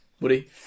Woody